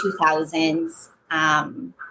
2000s